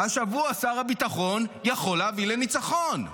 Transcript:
השבוע שר הביטחון יכול להביא לניצחון.